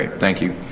thank you.